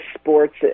sports